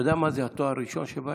אתה יודע מה זה התואר ראשון שבהם?